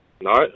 no